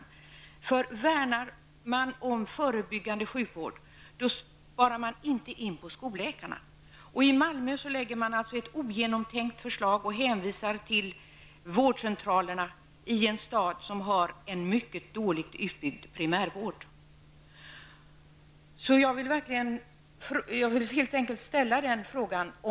Om man vill värna om förebyggande sjukvård, skall man inte spara in på skolläkarna. I Malmö har man lagt fram ett ogenomtänkt förslag, där man hänvisar till vårdcentralerna -- detta i en stad som har mycket dåligt utbyggd primärvård.